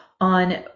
on